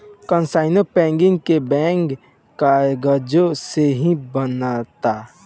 कइसानो पैकिंग के बैग कागजे से ही बनता